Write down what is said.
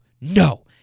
no